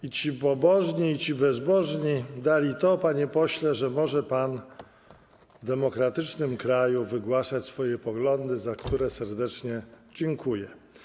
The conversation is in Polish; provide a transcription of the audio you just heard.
I ci pobożni, i ci bezbożni dali to, panie pośle, że może pan w demokratycznym kraju wygłaszać swoje poglądy, za które serdecznie dziękuję.